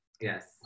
Yes